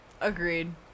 Agreed